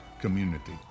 community